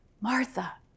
Martha